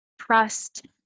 trust